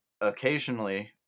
occasionally